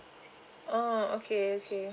oh okay okay